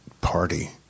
party